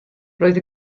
roedd